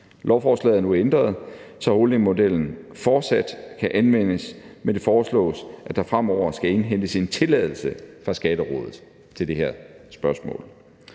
Lovforslaget er nu ændret, så holdingmodellen fortsat kan anvendes, men det foreslås, at der fremover skal indhentes en tilladelse fra Skatterådet til det her spørgsmål,